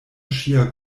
ŝia